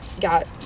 got